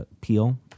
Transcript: peel